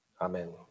Amen